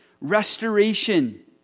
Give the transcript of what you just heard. restoration